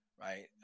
right